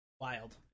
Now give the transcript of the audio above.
Wild